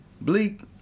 Bleak